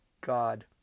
God